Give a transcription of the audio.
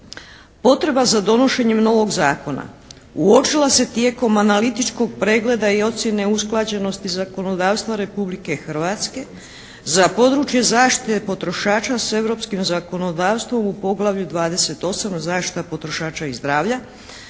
"Potreba za donošenjem novog zakona uočila se tijekom analitičkog pregleda i ocjene usklađenosti zakonodavstva Republike Hrvatske za područje zaštite potrošača s europskim zakonodavstvom u poglavlju 28 'Zaštita potrošača i zdravlja',